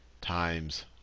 times